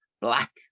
black